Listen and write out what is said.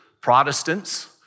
Protestants